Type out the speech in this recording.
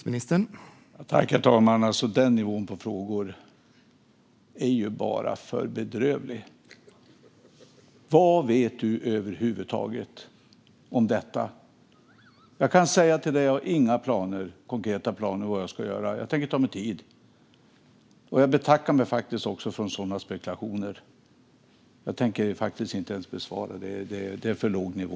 Herr talman! Den nivån på frågor är bara för bedrövlig. Vad vet du över huvud taget om detta? Jag kan säga till dig, Tobias Andersson: Jag har inga konkreta planer på vad jag ska göra. Jag tänker ta mig tid. Jag betackar mig för sådana spekulationer. Jag tänker faktiskt inte ens besvara frågan. Det är för låg nivå.